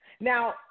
Now